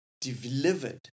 delivered